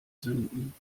sünden